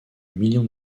million